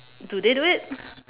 do they do it